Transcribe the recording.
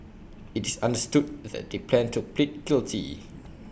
IT is understood that they plan to plead guilty